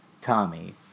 Tommy